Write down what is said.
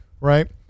Right